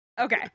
Okay